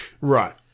Right